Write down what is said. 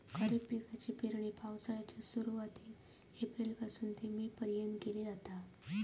खरीप पिकाची पेरणी पावसाळ्याच्या सुरुवातीला एप्रिल पासून ते मे पर्यंत केली जाता